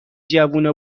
جوونا